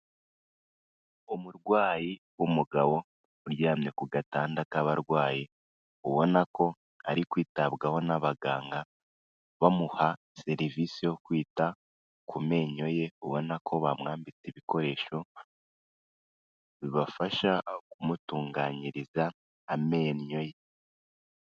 Umurwayi w'umugabo uryamye ku gatanda k'abarwayi ubona ko ari kwitabwaho n'abaganga bamuha serivisi yo kwita ku menyo ye, ubona ko bamwambitse ibikoresho bibafasha kumutunganyiriza amenyo ye.